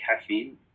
caffeine